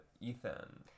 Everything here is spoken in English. Ethan